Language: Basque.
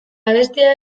abestia